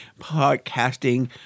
podcasting